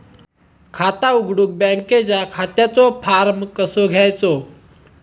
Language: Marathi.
खाता उघडुक बँकेच्या खात्याचो फार्म कसो घ्यायचो?